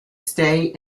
stay